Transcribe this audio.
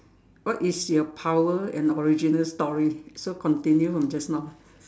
what is your power and original story so continue from just now